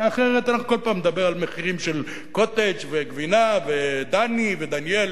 כי אחרת אנחנו כל פעם נדבר על מחירים של "קוטג'" וגבינה ו"דני" ודניאל,